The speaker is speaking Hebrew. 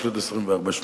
יש לי עוד 24 שניות,